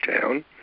town